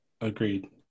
Agreed